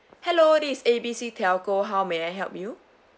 hello this is A B C telco how may I help you